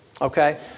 Okay